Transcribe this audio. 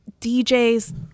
djs